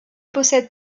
possède